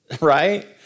right